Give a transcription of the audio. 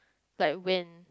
like when